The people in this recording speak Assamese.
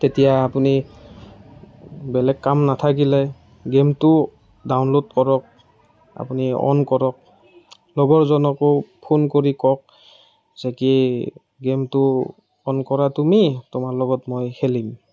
তেতিয়া আপুনি বেলেগ কাম নাথাকিলে গেমতো ডাউনল'ড কৰক আপুনি অ'ন কৰক লগৰজনকো ফোন কৰি কওক যে কি গেমটো অ'ন কৰা তুমি তোমাৰ লগত মই খেলিম